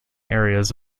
areas